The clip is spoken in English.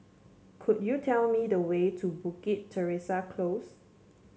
could you tell me the way to Bukit Teresa Close